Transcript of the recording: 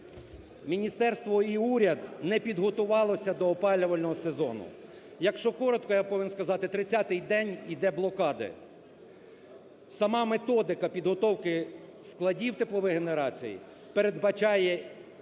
Міністерство і уряд не підготувалося до опалювального сезону. Якщо коротко, я повинен сказати, 30 день іде блокади. Сама методика підготовка складів теплових генерацій передбачає їх